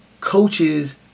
coaches